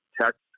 text